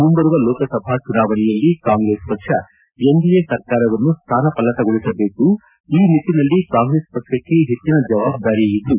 ಮುಂಬರುವ ಲೋಕಸಭಾ ಚುನಾವಣೆಯಲ್ಲಿ ಕಾಂಗೆಸ್ ಪಕ್ಷ ಎನ್ಡಿಎ ಸರ್ಕಾರವನ್ನು ಸ್ಥಾನಪಲ್ಲಟಗೊಳಿಸಬೇಕು ಈ ನಿಟ್ಟನಲ್ಲಿ ಕಾಂಗ್ರೆಸ್ ಪಕ್ಷಕ್ಕೆ ಹೆಚ್ಚಿನ ಜವಾಬ್ದಾರಿ ಇದ್ದು